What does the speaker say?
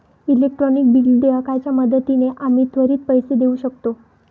electronic bill देयकाच्या मदतीने आम्ही त्वरित पैसे देऊ शकतो